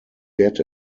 get